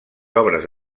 obres